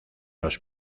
los